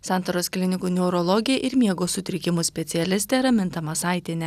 santaros klinikų neurologė ir miego sutrikimų specialistė raminta masaitienė